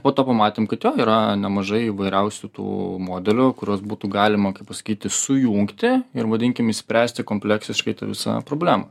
po to pamatėm kad jo yra nemažai įvairiausių tų modelių kuriuos būtų galima pasakyti sujungti ir vadinkim išspręsti kompleksiškai tą visą problemą